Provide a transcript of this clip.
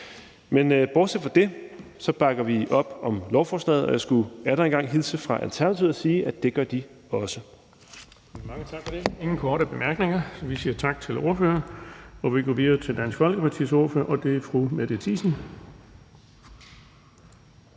Men bortset fra det bakker vi op om lovforslaget, og jeg skulle atter en gang hilse fra Alternativet og sige, at det gør de også.